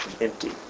empty